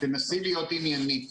תנסי להיות עניינית.